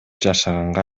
жашаганга